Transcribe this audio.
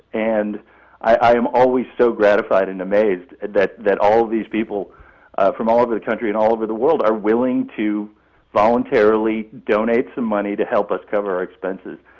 and i am always so gratified and amazed that that all these people from all over the country and all over the world are willing to voluntarily donate some money to help us cover our expenses.